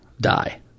die